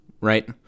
right